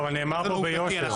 מה זה לא עובדתי?